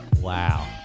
Wow